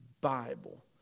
Bible